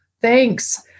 Thanks